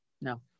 No